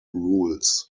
rules